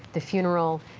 the funeral,